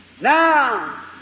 Now